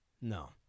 No